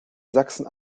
sachsen